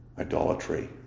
Idolatry